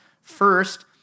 First